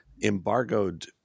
embargoed